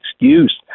excuse